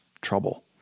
trouble